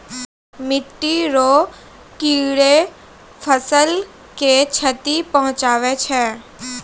मिट्टी रो कीड़े फसल के क्षति पहुंचाबै छै